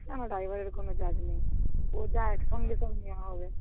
সে আমার ড্রাইভারের কোনো চার্জ নেই ও যা একসঙ্গে সব নেওয়া হবে